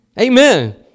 Amen